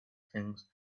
things